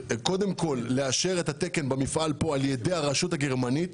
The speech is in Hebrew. קודם כל לאשר את התקן במפעל כאן על ידי הרשות הגרמנית.